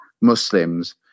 Muslims